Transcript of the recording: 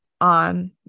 on